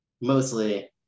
mostly